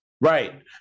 Right